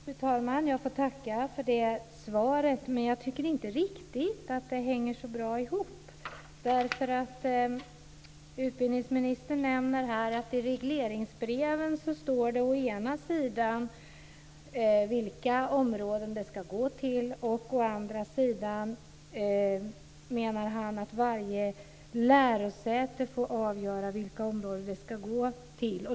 Fru talman! Jag får tacka för svaret, men jag tycker inte riktigt att det hänger så bra ihop. Å ena sidan nämner utbildningsministern att det i regleringsbrev står vilka områden det ska gå till, och å andra sidan menar han att varje lärosäte får avgöra vilka områden det ska gå till.